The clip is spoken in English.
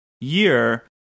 year